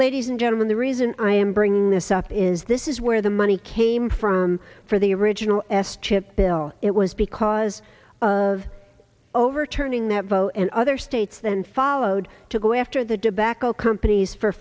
ladies and gentlemen the reason i am bringing this up is this is where the money came from for the original s chip bill it was because of overturning that vote and other states then followed to go after the dbcle companies for